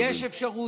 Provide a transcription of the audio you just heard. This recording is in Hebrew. יש אפשרות,